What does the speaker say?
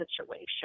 situation